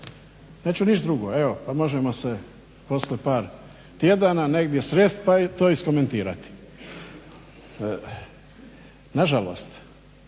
Neću ništa drugo. Evo pa možemo se poslije par tjedana sresti pa to iskomentirati. Nažalost,